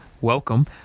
welcome